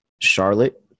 Charlotte